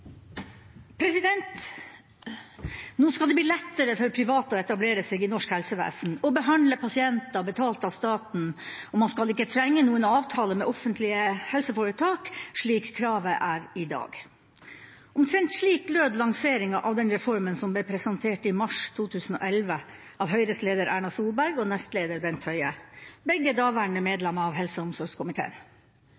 man skal ikke trenge noen avtale med offentlige helseforetak, slik kravet er i dag. Omtrent slik lød lanseringa av den reformen som ble presentert i januar 2011 av Høyres leder, Erna Solberg, og nestleder Bent Høie, begge daværende medlemmer av helse- og omsorgskomiteen.